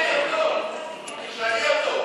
תשאלי אותו.